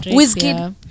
Whiskey